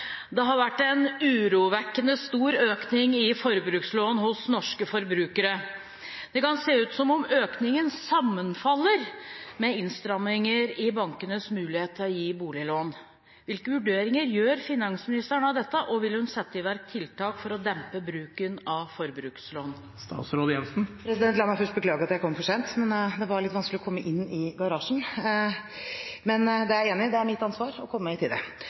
har vært en urovekkende stor økning i forbrukslån hos norske forbrukere. Det kan se ut som om økningen sammenfaller med innstramminger i bankenes mulighet for å gi boliglån. Hvilke vurderinger gjør statsråden om dette, og vil hun sette i verk tiltak for å dempe bruken av forbrukslån?» La meg først beklage at jeg kom for sent. Det var litt vanskelig å komme inn i garasjen, men jeg er enig i at det er mitt ansvar å komme i tide.